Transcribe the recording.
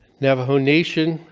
navajo nation,